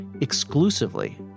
exclusively